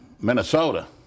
Minnesota